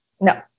No